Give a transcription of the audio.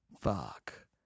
fuck